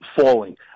falling